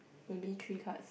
maybe three cards